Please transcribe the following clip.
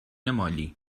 مالی